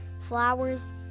flowers